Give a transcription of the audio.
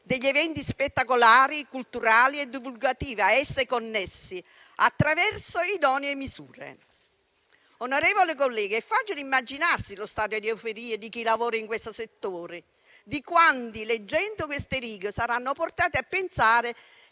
gli eventi spettacolari, culturali e divulgativi a esse connessi, attraverso idonee misure. Onorevoli colleghi, è facile immaginarsi lo stato di euforia di chi lavora in questo settore, di quanti, leggendo queste righe, saranno portati a pensare